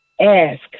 ask